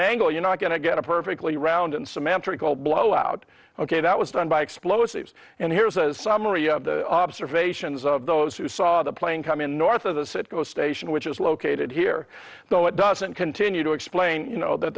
angle you're not going to get a perfectly round and samantha recalled blow out ok that was done by explosives and here's a summary of the observations of those who saw the plane coming north of the citgo station which is located here though it doesn't continue to explain you know that